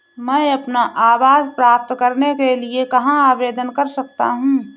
मैं अपना आवास प्राप्त करने के लिए कहाँ आवेदन कर सकता हूँ?